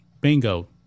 Bingo